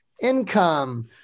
income